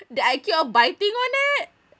that I keep on biting on it